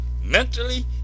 mentally